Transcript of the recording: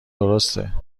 درسته